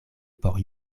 por